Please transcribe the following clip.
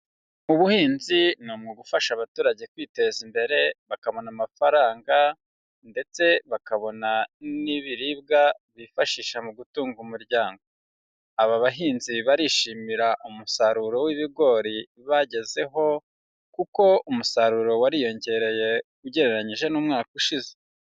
Ubuhinzi ni mu ugufasha abaturage kwiteza imbere bakabona amafaranga ndetse bakabona n'ibiribwa bifashisha mu gutunga umuryango. Aba bahinzi barishimira umusaruro w'ibigori bagezeho, kuko umusaruro wariyongereye ugereranyije n'umwaka ushize.